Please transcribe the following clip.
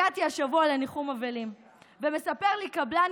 הגעתי השבוע לניחום אבלים ומספר לי קבלן